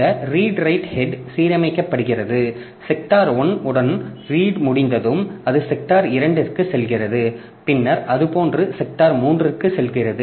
இந்த read write head சீரமைக்கப்படுகிறது sector 1 உடன் ரீடு முடிந்ததும் அது செக்டார் 2 க்குச் செல்கிறது பின்னர் அது போன்ற செக்டார் 3 க்குச் செல்கிறது